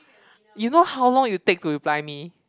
you know how long you take to reply me